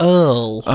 earl